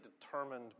determined